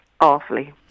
awfully